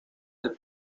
del